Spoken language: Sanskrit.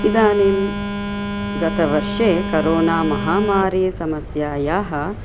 इदानीं गतवर्षे करोना महामरी समस्यायाः